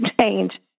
change